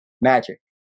magic